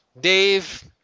Dave